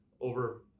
over